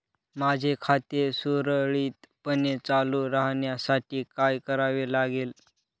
माझे खाते सुरळीतपणे चालू राहण्यासाठी काय करावे लागेल?